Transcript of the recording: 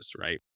Right